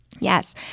Yes